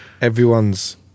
everyone's